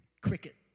cricket